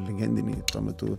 legendinį tuo metu